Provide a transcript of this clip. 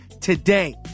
today